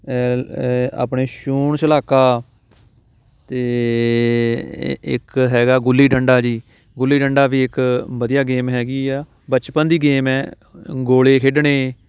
ਆਪਣੇ ਛੂਹਣ ਛਲਾਕਾ ਅਤੇ ਇੱਕ ਹੈਗਾ ਗੁੱਲੀ ਡੰਡਾ ਜੀ ਗੁੱਲੀ ਡੰਡਾ ਵੀ ਇੱਕ ਵਧੀਆ ਗੇਮ ਹੈਗੀ ਆ ਬਚਪਨ ਦੀ ਗੇਮ ਹੈ ਗੋਲੇ ਖੇਡਣੇ